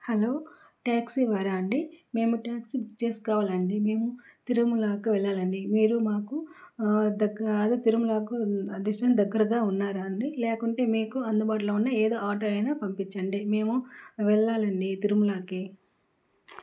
hollow taxi వారా అండి మేము ట్యాక్సీ బుక్ చేసుకోవాలండీ మేము తిరుమలాకి వెళ్ళాలండి మీరు మాకు దగ్గా అదే తిరుమలాకు డిస్టెన్స్ దగ్గరగా ఉన్నారా అండి లేకుంటే మీకు అందుబాటులో ఉన్న ఏదో ఆటో అయినా పంపించండి మేము వెళ్ళాలండి తిరుమలాకి